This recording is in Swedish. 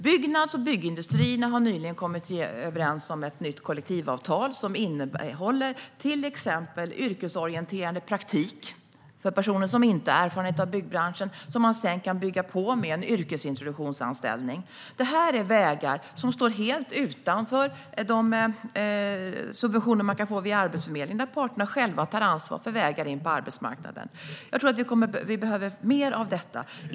Byggnads och byggindustrin har nyligen kommit överens om ett nytt kollektivavtal som innehåller till exempel yrkesorienterande praktik för personer som inte kommer från byggbranschen. Detta kan man sedan bygga på med en yrkesintroduktionsanställning. Detta är vägar som står helt utanför de subventioner man kan få via Arbetsförmedlingen och där parterna själva tar ansvar för vägar in på arbetsmarknaden. Jag tror att vi behöver mer av detta.